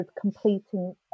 completing